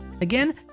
Again